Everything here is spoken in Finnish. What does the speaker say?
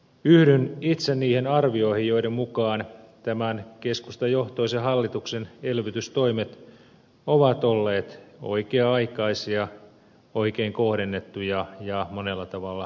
yhdyn itse niihin arvioihin joiden mukaan tämän keskustajohtoisen hallituksen elvytystoimet ovat olleet oikea aikaisia oikein kohdennettuja ja monella tavalla perusteltuja